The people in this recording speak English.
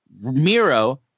Miro